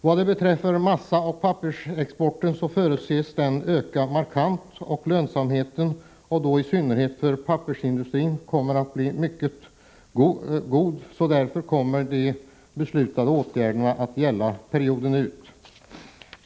Vad beträffar massaoch pappersexporten förutses den öka markant, och lönsamheten i synnerhet för pappersindustrin kommer att bli mycket god. Därför kommer de beslutade åtgärderna att gälla perioden ut.